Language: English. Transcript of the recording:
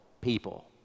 people